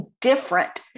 different